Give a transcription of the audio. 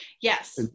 Yes